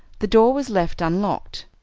the door was left unlocked,